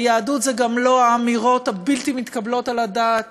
היהדות היא גם לא האמירות הבלתי-מתקבלות על הדעת